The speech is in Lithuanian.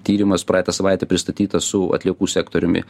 tyrimas praeitą savaitę pristatytas su atliekų sektoriumi